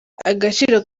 agaciro